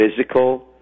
physical